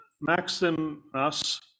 Maximus